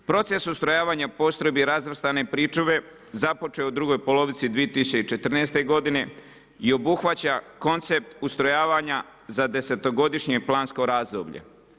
Proces ustrojavanja postrojbi razvrstane pričuve započet je u drugoj polovici 2014. godine i obuhvaća koncept ustrojavanja za desetogodišnje plansko razdoblje.